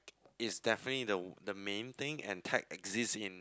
it's definitely the the main thing and tech exists in